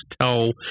tell